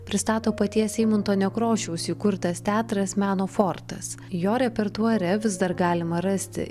pristato paties eimunto nekrošiaus įkurtas teatras meno fortas jo repertuare vis dar galima rasti